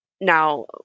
Now